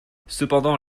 cependant